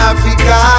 Africa